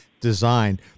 design